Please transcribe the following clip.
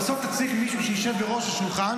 אבל בסוף אתה צריך מישהו שישב בראש השולחן